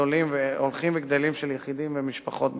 הולכים וגדלים של יחידים ומשפחות בישראל.